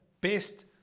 best